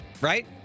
right